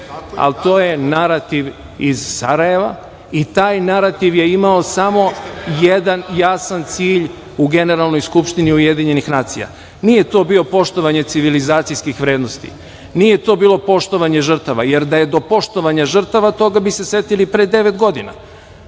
ali to je narativ iz Sarajeva i taj narativ je imao samo jedan jasan cilj u Generalnog skupštini Ujedinjenih nacija. Nije to bilo poštovanje civilizacijskih vrednosti, nije to bilo poštovanje žrtava, jer da je do poštovanja žrtava, toga bi se setili pre devet godina.